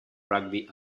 rugby